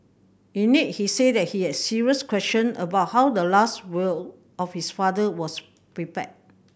in it he said that he had serious question about how the last will of his father was prepared